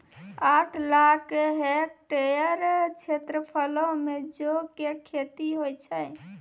आठ लाख हेक्टेयर क्षेत्रफलो मे जौ के खेती होय छै